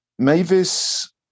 Mavis